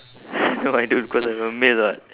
no I don't cause I'm a male what